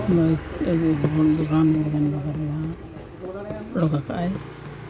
ᱚᱞ ᱠᱟᱜᱼᱟᱭ